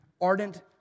ardent